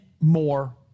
more